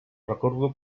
recordo